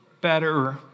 better